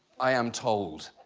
i am told.